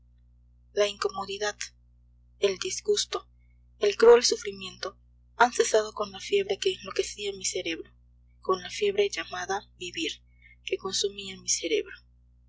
la incomodidad el disgusto el cruel sufrimiento han cesado con la fiebre que enloquecía mi cerebro con la fiebre llamada vivir que consumía mi cerebro